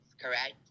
correct